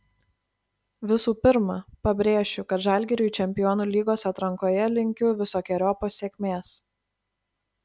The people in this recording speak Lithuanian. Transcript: visų pirma pabrėšiu kad žalgiriui čempionų lygos atrankoje linkiu visokeriopos sėkmės